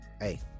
hey